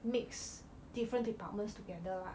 mix different departments together lah